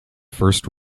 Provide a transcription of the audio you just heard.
first